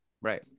right